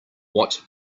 what